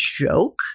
joke